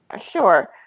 sure